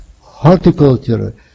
horticulture